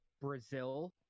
Brazil